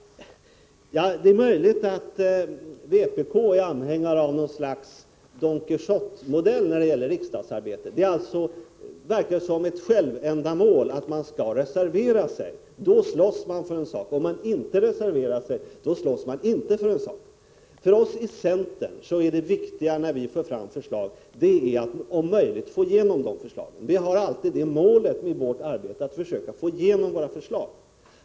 Det är möjligt att vpk är anhängare av något slags Don Quijote-modell när det gäller riksdagsarbetet. Det verkar vara ett självändamål att man skall reservera sig — då slåss man för en sak. Om man inte reserverar sig, då slåss man inte för en sak. För oss i centern är det viktiga, när vi för fram förslag, att om möjligt få igenom de förslagen. Vi har alltid det målet med vårt arbete.